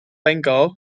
bengal